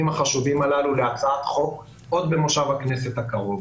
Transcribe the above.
החשובים הללו להצעת חוק עוד במושב הכנסת הקרוב.